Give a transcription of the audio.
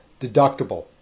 deductible